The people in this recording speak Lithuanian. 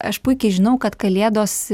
aš puikiai žinau kad kalėdos